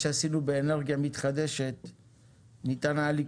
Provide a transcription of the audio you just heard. לקרוא למה שעשינו באנרגיה מתחדשת "ישראבלוף",